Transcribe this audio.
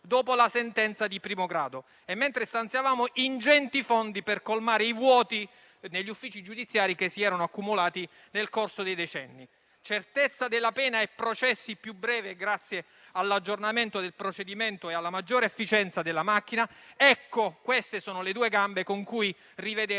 dopo la sentenza di primo grado, e mentre stanziavamo ingenti fondi per colmare i vuoti negli uffici giudiziari che si erano accumulati nel corso dei decenni. Certezza della pena e processi più brevi, grazie all'aggiornamento del procedimento e alla maggiore efficienza della macchina: queste sono le due gambe con cui rivedere